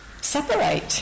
separate